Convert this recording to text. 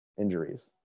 injuries